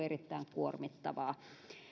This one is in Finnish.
erittäin kuormittavaa